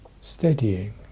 steadying